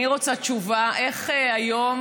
אני רוצה תשובה איך היום